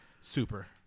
Super